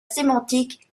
sémantique